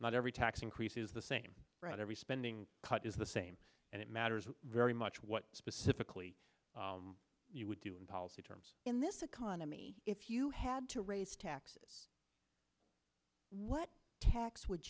not every tax increase is the same right every spending cut is the same and it matters very much what specifically you would do in policy terms in this economy if you had to raise taxes what tax would